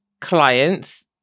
clients